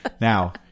Now